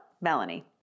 Melanie